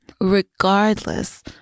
regardless